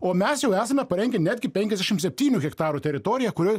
o mes jau esame parengę netgi penkiasdešim septynių hektarų teritoriją kurioj